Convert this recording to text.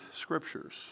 scriptures